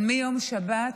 אבל מיום השבת,